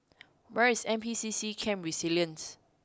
where is N P C C Camp Resilience